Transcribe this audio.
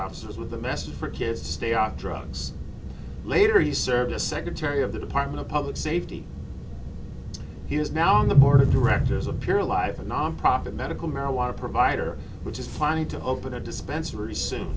officers with a message for kids to stay off drugs later he served as secretary of the department of public safety he is now on the board of directors appear i have a nonprofit medical marijuana provider which is planning to open a dispensary soon